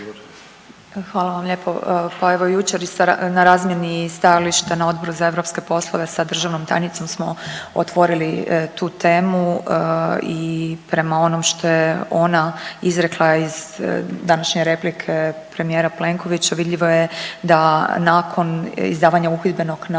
Hvala vam lijepo. Pa evo jučer na razmjeni stajališta na Odboru za europske poslove sa državnom tajnicom smo otvorili tu temu i prema onom što je ona izrekla iz današnje replike premijera Plenkovića vidljivo je da nakon izdavanja uhidbenog naloga